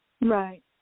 right